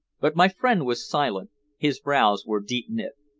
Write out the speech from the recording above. but my friend was silent his brows were deep knit.